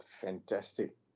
fantastic